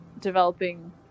developing